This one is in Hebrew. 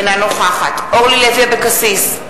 אינה נוכחת אורלי לוי אבקסיס,